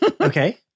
Okay